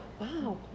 Wow